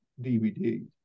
DVD